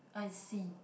I see